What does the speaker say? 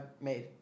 made